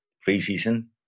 pre-season